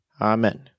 Amen